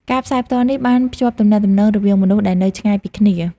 ការផ្សាយផ្ទាល់នេះបានភ្ជាប់ទំនាក់ទំនងរវាងមនុស្សដែលនៅឆ្ងាយពីគ្នា។